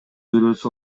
бирөөсү